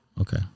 Okay